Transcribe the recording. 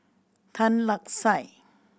Tan Lark Sye